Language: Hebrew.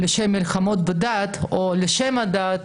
לשם מלחמות הדת או לשם הדת